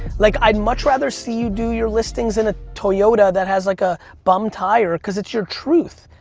like i'd much rather see you do your listings in a toyota that has like a bum tire cause it's your truth.